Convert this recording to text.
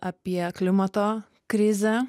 apie klimato krizę